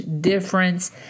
difference